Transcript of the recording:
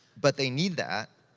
but they need that.